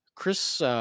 Chris